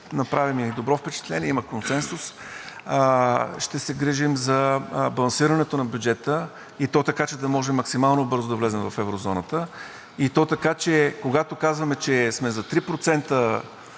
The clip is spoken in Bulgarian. направи ми добро впечатление, че има консенсус, ще се грижим за балансирането на бюджета така, че да може максимално бързо да влезем в еврозоната. Така че, когато казваме, че сме за 3%